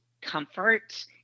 comfort